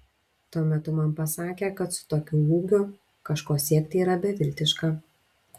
tuo metu man pasakė kad su tokiu ūgiu kažko siekti yra beviltiška